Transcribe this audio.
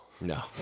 no